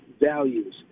values